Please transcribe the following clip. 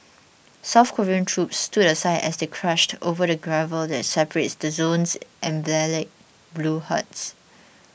South Korean troops stood aside as they crunched over the gravel that separates the zone's emblematic blue huts